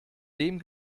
dem